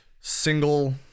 single